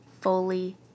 fully